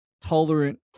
tolerant